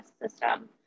system